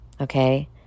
okay